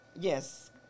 Yes